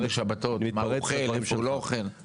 בשבתות ואם יש דברים שהוא אוכל או לא אוכל.